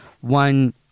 one